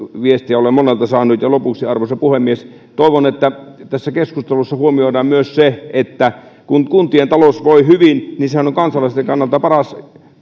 viestiä olen monelta saanut lopuksi arvoisa puhemies toivon että tässä keskustelussa huomioidaan myös se että kun kuntien talous voi hyvin niin sehän on kansalaisten kannalta paras